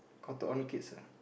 Cotton-On-Kids ah